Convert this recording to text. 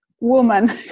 woman